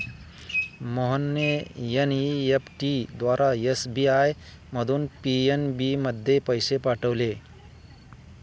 मोहनने एन.ई.एफ.टी द्वारा एस.बी.आय मधून पी.एन.बी मध्ये पैसे पाठवले